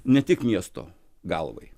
ne tik miesto galvai